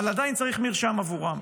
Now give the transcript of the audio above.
אבל עדיין צריך מרשם עבורן.